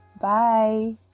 Bye